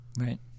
Right